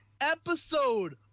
episode